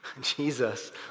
Jesus